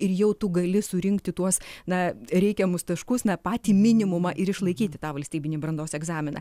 ir jau tu gali surinkti tuos na reikiamus taškus na patį minimumą ir išlaikyti tą valstybinį brandos egzaminą